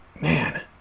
man